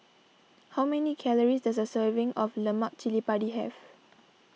how many calories does a serving of Lemak Chili Padi have